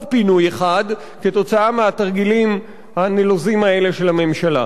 פינוי אחד בגלל התרגילים הנלוזים האלה של הממשלה.